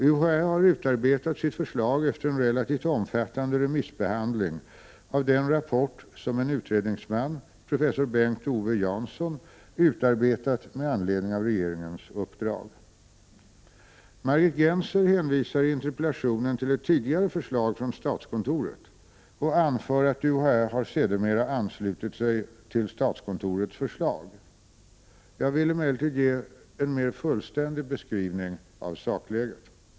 UHÄ har utarbetat sitt förslag efter en relativt omfattande remissbehandling av den rapport som en utredningsman, professor Bengt-Owe Jansson, utarbetat med anledning av regeringens uppdrag. Margit Gennser hänvisar i interpellationen till ett tidigare förslag från statskontoret och anför att ”UHÄ har sedermera anslutit sig till statskontorets förslag”. Jag vill emellertid ge en mer fullständig beskrivning av sakläget.